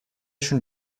شون